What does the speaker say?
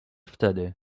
wtedy